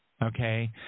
Okay